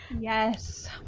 yes